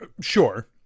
Sure